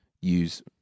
use